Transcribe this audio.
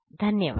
धन्यवाद